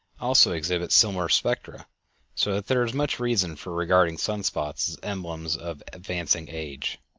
also exhibit similar spectra so that there is much reason for regarding sunspots as emblems of advancing age.